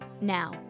Now